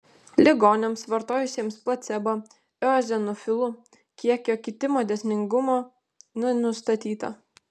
ligoniams vartojusiems placebo eozinofilų kiekio kitimo dėsningumo nenustatyta